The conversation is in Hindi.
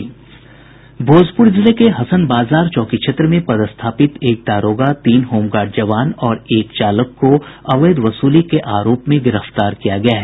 भोजपुर जिले के हसन बाजार चौकी क्षेत्र में पदस्थापित एक दारोगा तीन होमगार्ड जवान और एक चालक को अवैध वसूली के आरोप में गिरफ्तार किया गया है